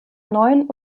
neun